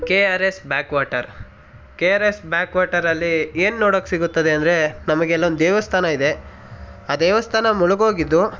K R S backwater K R S back ವಾಟರಲ್ಲಿ ಏನು ನೋಡೋಕೆ ಸಿಗುತ್ತದೆ ಅಂದರೆ ನಮಗೆ ಅಲ್ಲೊಂದು ದೇವಸ್ಥಾನ ಇದೆ ಆ ದೇವಸ್ಥಾನ ಮುಳುಗೋಗಿದ್ದು